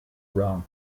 wrong